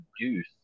produce